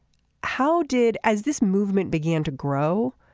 how did as this movement began to grow.